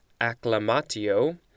acclamatio